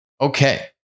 Okay